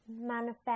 manifest